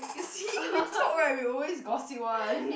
you see we talk right we always gossip one